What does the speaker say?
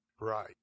Right